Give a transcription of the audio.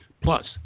Plus